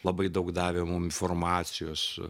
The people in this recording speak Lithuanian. labai daug davė mum informacijos